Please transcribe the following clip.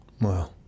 Wow